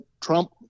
trump